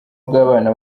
bw’abana